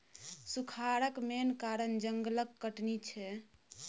सुखारक मेन कारण जंगलक कटनी छै